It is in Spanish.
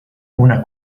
una